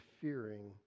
fearing